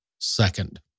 Second